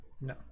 No